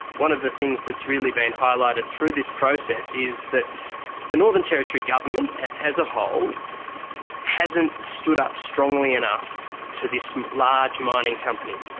one of the things that's really been highlighted through this process is that the northern territory government as a whole hasn't stood up strongly enough to this large mining company,